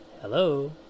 hello